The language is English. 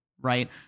right